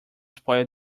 spoil